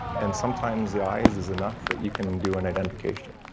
and sometimes the eyes is enough that you can do an identification.